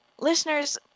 Listeners